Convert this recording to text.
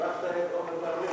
קיפחת את עמר בר-לב.